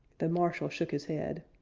the marshal shook his head.